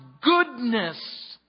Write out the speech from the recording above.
goodness